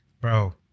bro